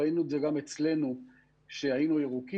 ראינו את זה גם אצלנו כשהיינו ירוקים,